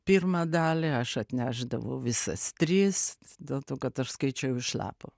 pirmą dalį aš atnešdavau visas tris dėl to kad aš skaičiau iš lapo